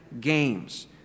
Games